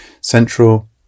central